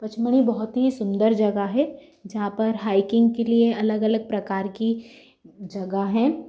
पचमणी बहुत ही सुंदर जगह है जहाँ पर हाइकिंग के लिए अलग अलग प्रकार की जगह है